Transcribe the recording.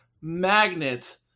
magnet